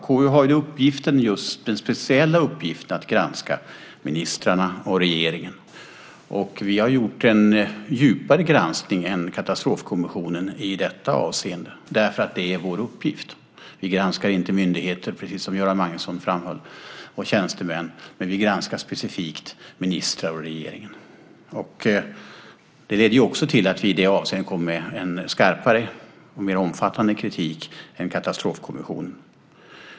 KU har ju den speciella uppgiften att granska ministrarna och regeringen. Vi har gjort en djupare granskning än Katastrofkommissionen i detta avseende, för det är vår uppgift. Vi granskar inte myndigheter och tjänstemän, som Göran Magnusson framhöll, men vi granskar ministrar och regeringen. Det leder också till att vi i det avseendet kommer med skarpare och mer omfattande kritik än Katastrofkommissionen.